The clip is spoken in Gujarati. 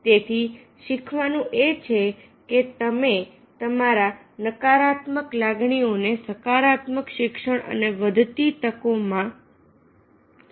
તેથી શીખવાનું એ છે કે તમે તમારે નકારાત્મક લાગણીઓને સકારાત્મક શિક્ષણ અને વધતી તકો માં ફેરવો